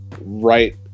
right